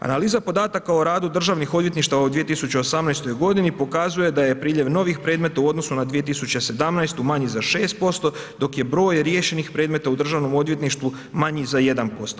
Analiza podataka o radu državnih odvjetništava u 2018. g. pokazuje da je priljev novih predmeta u odnosu na 2017. manji za 6% dok je broj riješenih predmeta u Državnom odvjetništvu manji za 1%